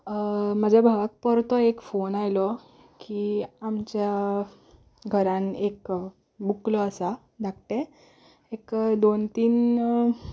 म्हज्या भावाक परतो एक फोन आयलो की आमच्या घरांत एक बुकलो आसा धाकटें एक दोन तीन